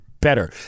better